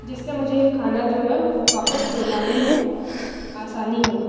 जिससे मुझे ये खाना जो है वापस लौटाने में आसानी हो